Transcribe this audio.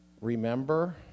remember